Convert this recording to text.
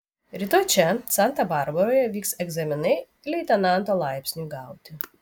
rytoj čia santa barbaroje vyks egzaminai leitenanto laipsniui gauti